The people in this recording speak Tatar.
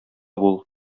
бул